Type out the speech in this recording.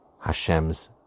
Hashem's